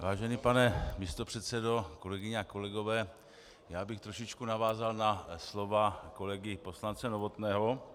Vážený pane místopředsedo, kolegyně a kolegové, já bych trošičku navázal na slova kolegy poslance Novotného.